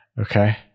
Okay